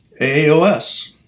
AAOS